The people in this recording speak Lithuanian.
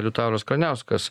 liutauras kraniauskas